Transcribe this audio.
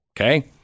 Okay